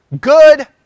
good